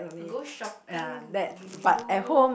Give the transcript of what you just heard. go shopping with you